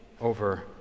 over